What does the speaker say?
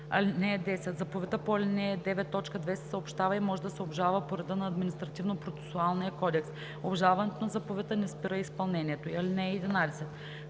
вписване. (10) Заповедта по ал. 9, т. 2 се съобщава и може да се обжалва по реда на Административнопроцесуалния кодекс. Обжалването на заповедта не спира изпълнението й. (11)